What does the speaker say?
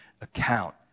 account